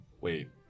wait